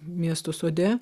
miesto sode